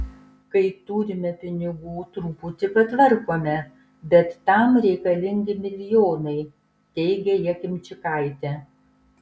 kai turime pinigų truputį patvarkome bet tam reikalingi milijonai teigia jakimčikaitė